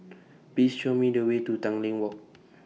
Please Show Me The Way to Tanglin Walk